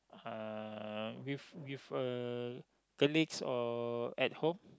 uh with with uh colleagues or at home